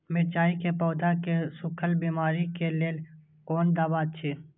मिरचाई के पौधा के सुखक बिमारी के लेल कोन दवा अछि?